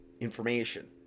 information